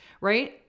Right